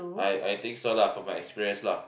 I I think so lah from my experience lah